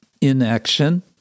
inaction